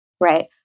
right